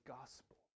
gospel